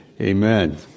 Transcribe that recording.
amen